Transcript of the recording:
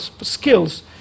skills